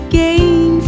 gain